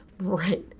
right